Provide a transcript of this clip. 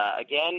again